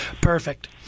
Perfect